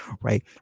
right